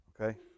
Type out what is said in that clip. Okay